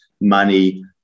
money